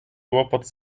łopot